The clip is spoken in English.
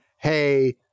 Hey